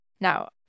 Now